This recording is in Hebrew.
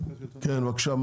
כן, בבקשה.